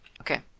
Okay